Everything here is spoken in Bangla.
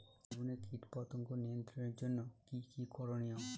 বেগুনে কীটপতঙ্গ নিয়ন্ত্রণের জন্য কি কী করনীয়?